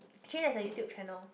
actually there's a YouTube channel